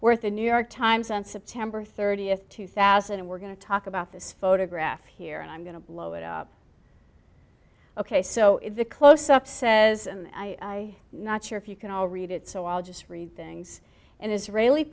the new york times on september thirtieth two thousand and we're going to talk about this photograph here and i'm going to blow it up ok so it's a close up says and i not sure if you can all read it so i'll just read things and israeli